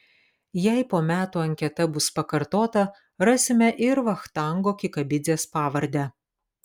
jei po metų anketa bus pakartota rasime ir vachtango kikabidzės pavardę